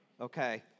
Okay